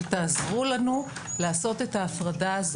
שתעזרו לנו לעשות את ההפרדה.